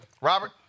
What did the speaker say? Robert